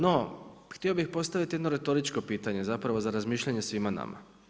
No, htio bih postaviti jedno retoričko pitanje zapravo za razmišljanje svima nama.